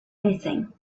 anything